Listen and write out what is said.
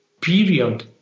period